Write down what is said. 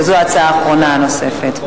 זו ההצעה הנוספת האחרונה.